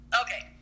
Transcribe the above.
Okay